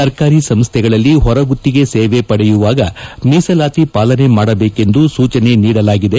ಸರ್ಕಾರಿ ಸಂಸ್ಥೆಗಳಲ್ಲಿ ಹೊರ ಗುತ್ತಿಗೆ ಸೇವೆ ಪಡೆಯುವಾಗ ಮೀಸಲಾತಿ ಪಾಲನೆ ಮಾಡಬೇಕೆಂದು ಸೂಚನೆ ನೀಡಲಾಗಿದೆ